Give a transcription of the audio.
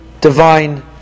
divine